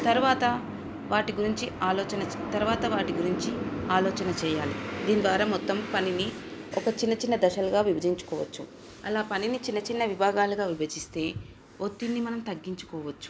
తర్వాత వాటి గురించి ఆలోచన తర్వాత వాటి గురించి ఆలోచన చేయాలి దీని ద్వారా మొత్తం పనిని ఒక చిన్న చిన్న దశలుగా విభజించుకోవచ్చు అలా పనిని చిన్న చిన్న విభాగాలుగా విభజిస్తే ఒత్తిడిని మనం తగ్గించుకోవచ్చు